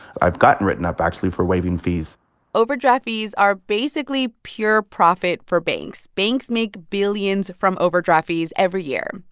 i've gotten written up, actually, for waiving fees overdraft fees are basically pure profit for banks. banks make billions from overdraft fees every year,